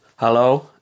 Hello